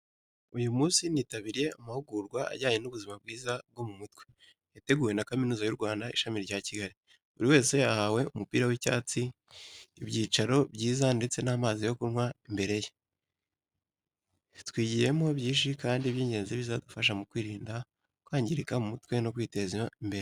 Uyu munsi nitabiriye amahugurwa ajyanye n’ubuzima bwiza bwo mu mutwe, yateguwe na Kaminuza y’u Rwanda, Ishami rya Kigali. Buri wese yahawe umupira w’icyatsi, ibyicaro byiza ndetse n’amazi yo kunywa imbere ye. Twigiyemo byinshi kandi by’ingenzi bizadufasha mu kwirinda kwangirika mu mutwe no kwiteza imbere.